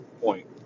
point